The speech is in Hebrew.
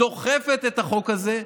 דוחפים את החוק הזה,